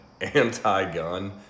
anti-gun